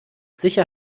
sicher